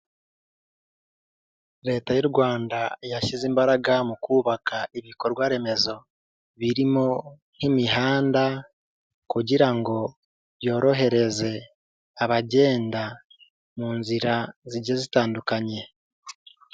Leta y'u Rwanda yashyize imbaraga mu kubaka ibikorwa remezo birimo nk'imihanda kugira ngo yorohereze abagenda mu nzira zigiye zitandukanye.